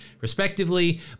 respectively